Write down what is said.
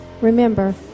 Remember